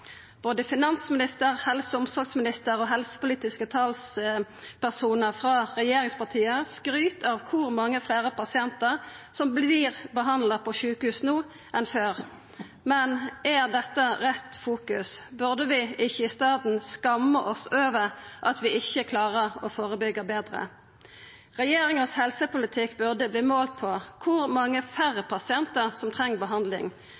Både finansministeren, helse- og omsorgsministeren og helsepolitiske talspersonar frå regjeringspartia skryter av kor mange fleire pasientar som vert behandla på sjukehus no enn før, men er dette rett fokus? Burde vi ikkje i staden skamma oss over at vi ikkje klarer å førebyggja betre? Regjeringas helsepolitikk burde verta målt på kor mange færre pasientar som treng behandling,